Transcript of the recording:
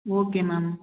okay ma'am